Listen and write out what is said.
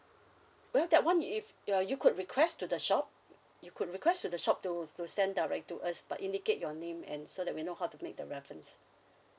well that one i~ if you're you could request to the shop you could request to the shop to s~ to send direct to us but indicate your name and so that we know how to make the reference